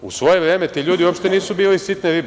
U svoje vreme ti ljudi uopšte nisu bili sitne ribe.